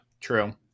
true